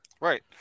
right